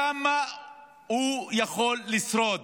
כמה הוא יכול לשרוד,